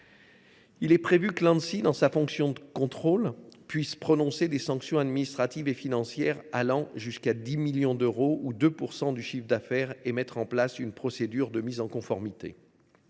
Il est prévu que l’Anssi, dans sa fonction de contrôle, puisse prononcer des sanctions administratives et financières, d’un montant allant jusqu’à 10 millions d’euros ou 2 % du chiffre d’affaires, et imposer une procédure de mise en conformité.